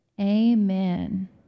amen